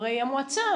חברי המועצה.